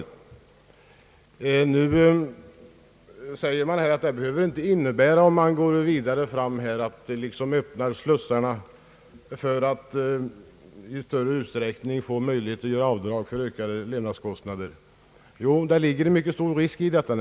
Nu säger man att det, om man går vidare enligt förslaget, inte behöver innebära att man öppnar slussarna för större möjligheter att göra avdrag för ökade levnadskostnader. Jo, det ligger en mycket stor risk i detta.